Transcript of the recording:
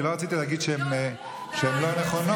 כי לא רציתי להגיד שהן לא נכונות.